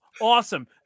Awesome